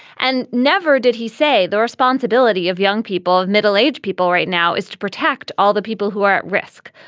and never did he say the responsibility of young people, of middle age people right now is to protect all the people who are at risk.